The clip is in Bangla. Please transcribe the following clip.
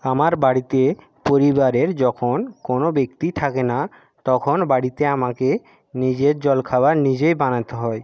আমার বাড়িতে পরিবারের যখন কোনো ব্যক্তি থাকে না তখন বাড়িতে আমাকে নিজের জলখাবার নিজেই বানাতে হয়